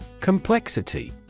Complexity